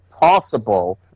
possible